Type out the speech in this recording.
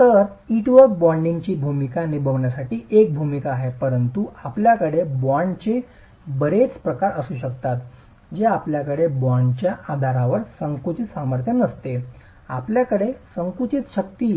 तर ईंटवर्क बाँडिंगची भूमिका निभावण्याची एक भूमिका आहे परंतु आपल्याकडे बॉन्डचे बरेच प्रकार असू शकतात जे आपल्याकडे बाँडच्या आधारावर संकुचित सामर्थ्य नसते आपल्याकडे संकुचित शक्ती